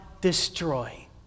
destroy